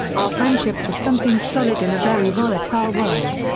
our friendship was something solid in a very volatile world.